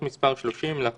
לרבות עדכוני קרבה,